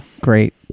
great